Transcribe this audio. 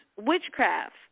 witchcraft